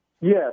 Yes